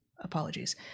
apologies